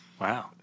Wow